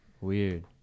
weird